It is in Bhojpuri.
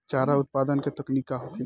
चारा उत्पादन के तकनीक का होखे?